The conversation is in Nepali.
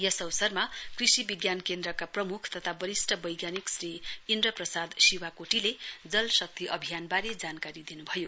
यस अवसरमा कृषि विज्ञान केन्द्रका प्रमुख तथा वरिष्ठ वैज्ञानिक श्री इन्द्रप्रसाद शिवाकोटीले जल शक्ति अभियानबारे जानकारी दिनु भयो